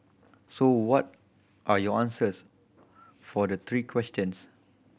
so what are your answers for the three questions